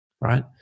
Right